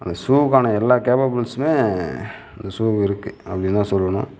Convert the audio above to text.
அந்த ஷூவுக்கான எல்லா கேபபில்ஸூமே இந்த ஷூவுக்கு இருக்குது அப்படினுதான் சொல்லணும்